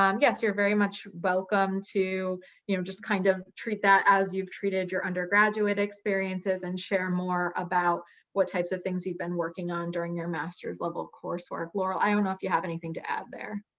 um yes, you're very much welcome to you know just kind of treat that as you've treated your undergraduate experiences and share more about what types of things you've been working on during your master's level coursework. laurel, i don't know if you have anything to add there.